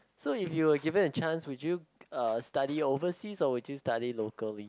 so if you were given a chance would you uh study overseas or would you study locally